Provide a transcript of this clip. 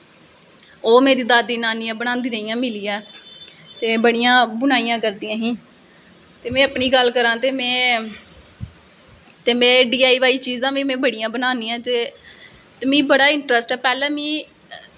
ओह् मेरा दादी नानियां बनांदियां रेहियां मिलियै ते बड़ियां बुनाईयां करदियां हां ते में अपनी गल्ल करां ते में ते एह्ड़ियां चीज़ां में बड़ियां बनानी आं ते मिगी बड़ा इंट्रस्ट ऐ पैह्लैं में